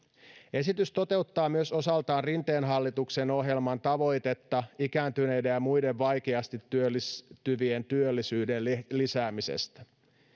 esitys toteuttaa myös osaltaan rinteen hallituksen ohjelman tavoitetta ikääntyneiden ja muiden vaikeasti työllistyvien työllisyyden lisäämisestä